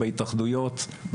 בהתאחדויות,